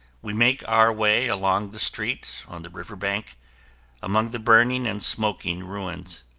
we make our way along the street on the river bank among the burning and smoking ruins.